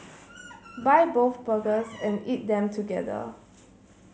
buy both burgers and eat them together